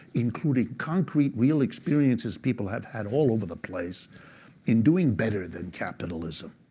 including concrete real experiences people have had all over the place in doing better than capitalism.